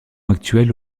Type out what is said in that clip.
actuel